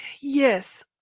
yes